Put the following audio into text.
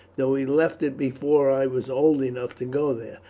though he left it before i was old enough to go there.